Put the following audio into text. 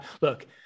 look